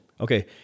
okay